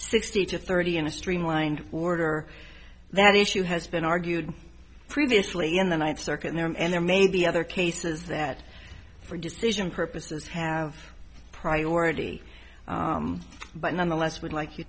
sixty to thirty in a streamlined order that the issue has been argued previously in the ninth circuit there and there may be other cases that for decision purposes have priority but nonetheless would like you